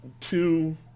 two